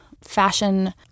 fashion